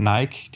Nike